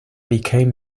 became